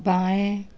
बाएँ